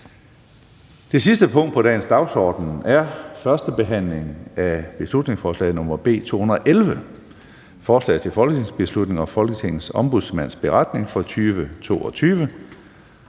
Det næste punkt på dagsordenen er: 4) 1. behandling af beslutningsforslag nr. B 211: Forslag til folketingsbeslutning om Folketingets Ombudsmands beretning for 2022.